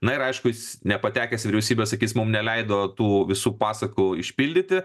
na ir aiškus jis nepatekęs į vyriausybę sakys mum neleido tų visų pasakų išpildyti